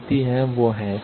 देती हैं वो हैं